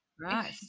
right